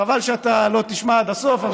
חבל שאתה לא תשמע עד הסוף,